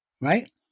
right